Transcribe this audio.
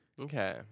Okay